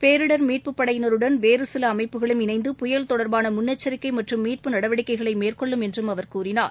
பேரிடர் மீட்பப்படையினருடன் வேறுசிலஅமைப்புகளும் தினைந்து புயல் தொடர்பானமுன்னெச்சரிக்கைமற்றும் மீட்பு நடவடிக்கைகளைமேற்கொள்ளும் என்றுஅவர் கூறினார்